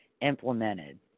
implemented